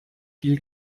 viel